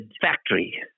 factory